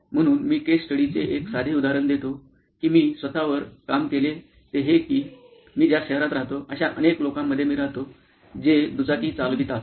म्हणून मी केस स्टडीचे एक साधे उदाहरण देतो की मी स्वत वर काम केले ते हे की मी ज्या शहरात राहतो अशा अनेक लोकांमध्ये मी राहतो जे दुचाकी चालवितात